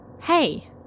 Hey